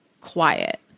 quiet